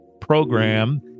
Program